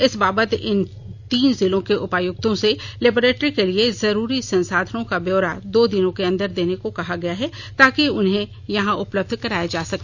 इस बाबत इन तीनों जिलों के उपायुक्तों से लेबोरेट्री के लिए जरुरी संसाधनों का ब्योरा दो दिनों के अंदर देने को कहा गया है ताकि उसे यहां उपलब्ध कराया जा सके